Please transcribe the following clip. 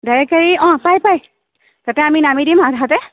direct গাড়ী পাই পাই তাতে আমি নামি দিম আধাতে